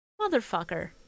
Motherfucker